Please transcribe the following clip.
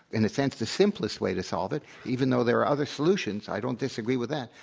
in a sense, the simplest way to solveit, even though there are other solutions, i don't disagree with that,